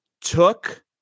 Took